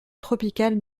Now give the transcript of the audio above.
tropicales